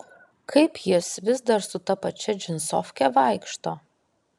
kaip jis vis dar su ta pačia džinsofke vaikšto